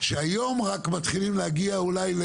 שהיום רק מתחילים להגיע אולי,